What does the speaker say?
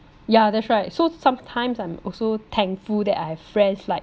ya that's right so sometimes I'm also thankful that I have friends like